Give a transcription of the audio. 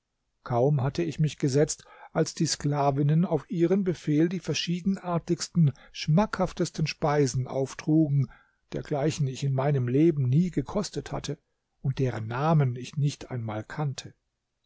kaum hatte ich mich gesetzt als die sklavinnen auf ihren befehl die verschiedenartigsten schmackhaftesten speisen auftrugen dergleichen ich in meinem leben nie gekostet hatte und deren namen ich nicht einmal kannte